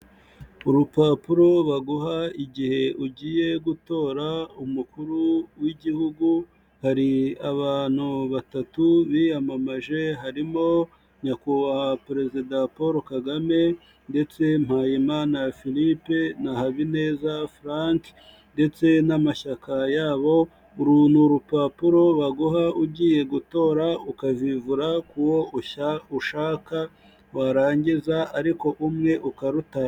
Urupapuro baguha igihe ugiye gutora umukuru w'igihugu hari abantu batatu biyamamaje harimo nyakubahwa perezida Paul Kagame ndetse Mpayimana Philippe na Habineza Frank ndetse n'amashyaka yabo uru rupapuro baguha ugiye gutora ukavivura ku wo ushaka warangiza ariko gutora umwe ukarutanga.